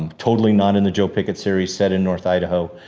um totally not in the joe pickett series, set in north idaho.